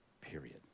period